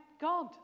God